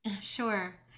Sure